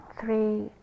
three